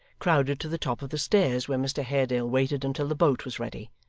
crowded to the top of the stairs where mr haredale waited until the boat was ready,